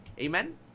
Amen